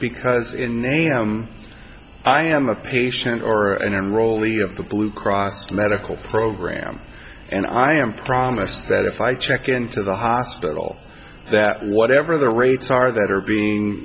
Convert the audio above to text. because in i am a patient or in enrollee of the blue crossed medical program and i am promised that if i check into the hospital that whatever their rates are that are being